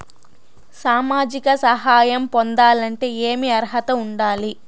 సామాజిక సహాయం పొందాలంటే ఏమి అర్హత ఉండాలి?